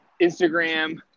Instagram